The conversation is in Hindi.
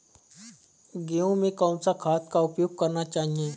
गेहूँ में कौन सा खाद का उपयोग करना चाहिए?